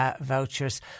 vouchers